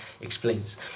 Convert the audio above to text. explains